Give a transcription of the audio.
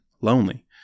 lonely